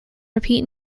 repeat